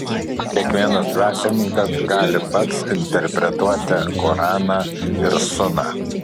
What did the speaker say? kiekvienas dvasininkas gali pats interpretuoti koraną ir suną